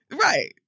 right